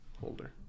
holder